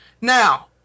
now